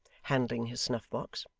handling his snuff-box,